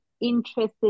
interested